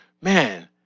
man